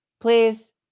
please